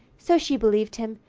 so she believed him,